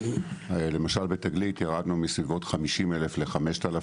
למשל בתגלית ירדנו מסביבות 50,000 ל-5,000.